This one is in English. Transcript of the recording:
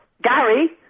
Gary